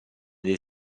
del